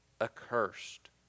accursed